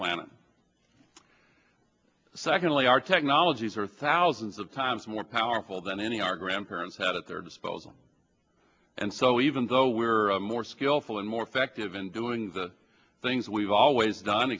planet secondly our technologies are thousands of times more powerful than any our grandparents had at their disposal and so even though we're more skillful and more effective in doing the things we've always done